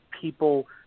people –